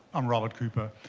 i'm robert cooper.